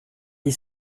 dix